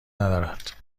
ندارد